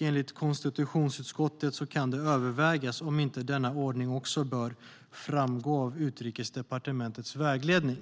Enligt konstitutionsutskottet kan det övervägas om inte denna ordning också bör framgå av Utrikesdepartementets vägledning.